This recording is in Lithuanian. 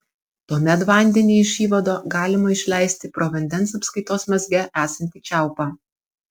tuomet vandenį iš įvado galima išleisti pro vandens apskaitos mazge esantį čiaupą